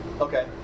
Okay